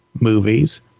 movies